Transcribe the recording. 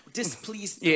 displeased